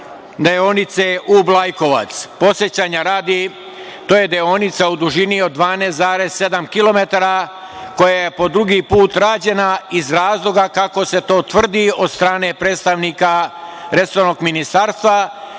deonice Ub-Lajkovac. Podsećanja radi, to je deonica u dužini od 12,7 kilometara, koja je po drugi put rađena iz razloga, kako se to tvrdi od strane predstavnika resornog ministarstva,